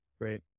Great